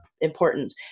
important